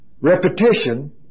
Repetition